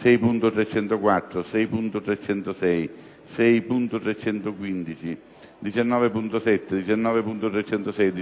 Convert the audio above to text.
6.304, 6.306, 6.315, 19.7, 19.306,